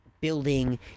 building